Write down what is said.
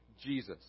Jesus